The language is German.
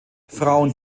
frauen